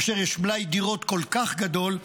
כאשר יש מלאי דירות כל כך גדול,